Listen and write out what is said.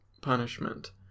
punishment